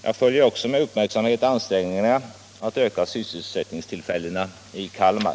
Jag följer också med uppmärksamhet ansträngningarna att öka sysselsättningstillfällena i Kalmar.